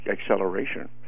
acceleration